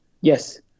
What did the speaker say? Yes